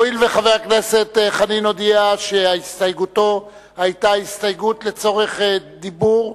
הואיל וחבר הכנסת חנין הודיע שהסתייגותו היתה הסתייגות לצורך דיבור,